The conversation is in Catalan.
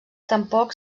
tampoc